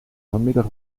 vanmiddag